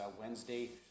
Wednesday